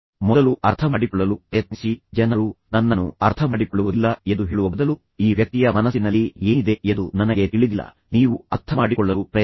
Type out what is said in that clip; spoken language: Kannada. ಮೊದಲು ಅರ್ಥಮಾಡಿಕೊಳ್ಳಲು ಪ್ರಯತ್ನಿಸಿ ಜನರು ನನ್ನನ್ನು ಅರ್ಥಮಾಡಿಕೊಳ್ಳುವುದಿಲ್ಲ ಎಂದು ಹೇಳುವ ಬದಲು ಈ ವ್ಯಕ್ತಿಯ ಮನಸ್ಸಿನಲ್ಲಿ ಏನಿದೆ ಎಂದು ನನಗೆ ತಿಳಿದಿಲ್ಲ ನೀವು ಅರ್ಥಮಾಡಿಕೊಳ್ಳಲು ಪ್ರಯತ್ನಿಸಿ